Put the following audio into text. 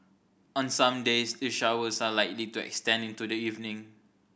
on some days the showers are likely to extend into the evening